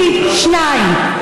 פי שניים.